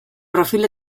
profil